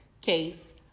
case